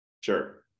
Sure